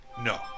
No